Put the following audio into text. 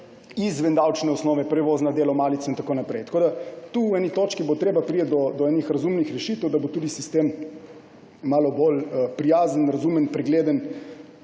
izven davčne osnove prevoz na delo, malico in tako naprej. Tu bo treba v eni točki priti do enih razumnih rešitev, da bo tudi sistem malo bolj prijazen, razumen, pregleden,